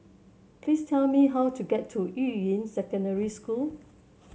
please tell me how to get to Yuying Secondary School